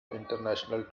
international